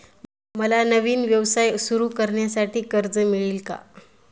मला नवीन व्यवसाय सुरू करण्यासाठी कर्ज मिळेल का?